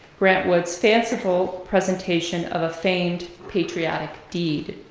grant wood's fanciful presentation of a famed patriotic deed.